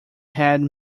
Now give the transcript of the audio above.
had